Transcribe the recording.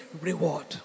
reward